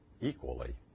equally